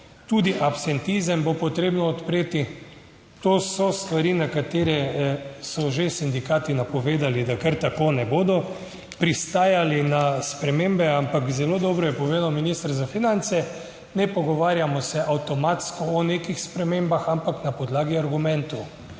tudi absentizem bo potrebno odpreti. To so stvari, na katere so že sindikati napovedali, da kar tako ne bodo pristajali na spremembe. Ampak zelo dobro je povedal minister za finance, ne pogovarjamo se avtomatsko o nekih spremembah, ampak na podlagi argumentov.